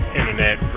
internet